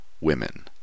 women